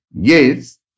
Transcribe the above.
Yes